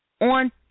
on